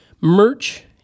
merch